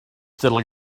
still